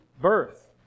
birth